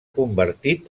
convertit